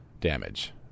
damage